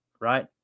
Right